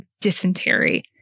dysentery